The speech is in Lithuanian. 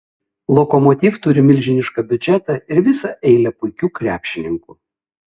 lokomotiv turi milžinišką biudžetą ir visą eilę puikių krepšininkų